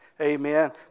amen